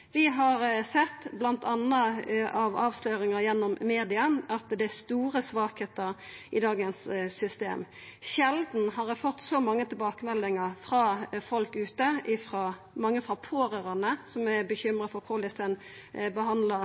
Vi har m.a. gjennom avsløringar i media sett at det er store svakheiter i dagens system. Sjeldan har eg fått så mange tilbakemeldingar frå folk ute – mange frå pårørande, som er bekymra for korleis ein behandlar